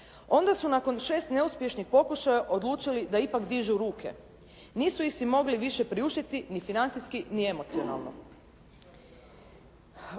Onda su nakon 6 neuspješnih pokušaja odlučili da ipak dižu ruke. Nisu ih si više mogli priuštiti ni financijski ni emocionalno.